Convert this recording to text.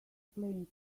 plane